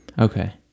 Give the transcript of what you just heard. okay